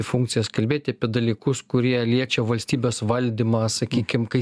funkcijas kalbėti apie dalykus kurie liečia valstybės valdymą sakykim kai